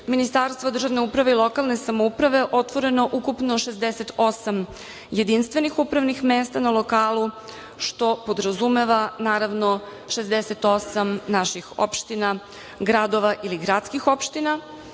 Ministarstva državne uprave i lokalne samouprave otvoreno ukupno 68 jedinstvenih upravnih mesta na lokalu, što podrazumeva, naravno, 68 naših opština, gradova ili gradskih opština